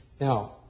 Now